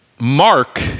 Mark